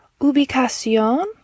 ubicación